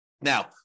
Now